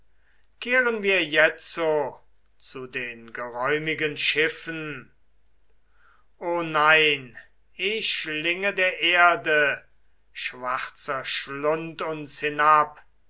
kehren wir jetzo zu den geräumigen schiffen o nein eh schlinge der erde schwarzer schlund uns hinab